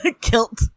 Kilt